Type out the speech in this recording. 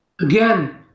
Again